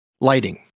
Lighting